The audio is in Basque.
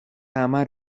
hamar